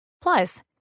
Plus